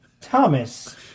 Thomas